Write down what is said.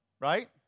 right